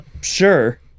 sure